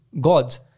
gods